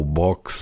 box